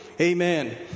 amen